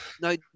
no